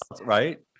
right